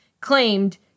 claimed